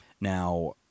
Now